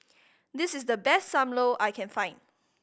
this is the best Sam Lau I can find